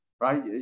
right